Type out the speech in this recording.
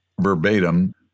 verbatim